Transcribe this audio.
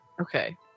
Okay